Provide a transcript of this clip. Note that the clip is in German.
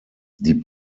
die